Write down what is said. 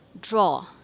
draw